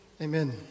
Amen